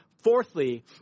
fourthly